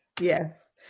Yes